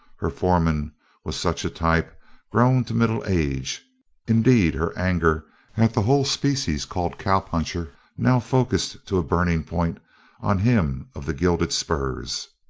her foreman was such a type grown to middle-age. indeed her anger at the whole species called cowpuncher now focused to a burning-point on him of the gilded spurs.